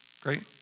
Great